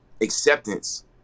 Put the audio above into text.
acceptance